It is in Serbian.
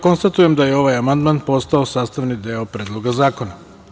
Konstatujem da je ovaj amandman postao sastavni deo Predloga zakona.